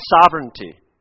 sovereignty